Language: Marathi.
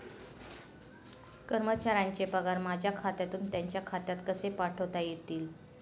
कर्मचाऱ्यांचे पगार माझ्या खात्यातून त्यांच्या खात्यात कसे पाठवता येतील?